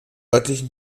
örtlichen